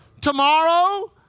Tomorrow